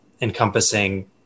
encompassing